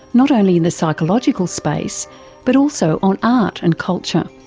not only in the psychological space but also on art and culture.